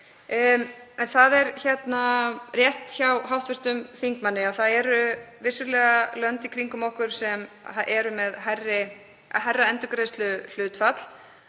En það er rétt hjá hv. þingmanni að það eru vissulega lönd í kringum okkur sem eru með hærra endurgreiðsluhlutfall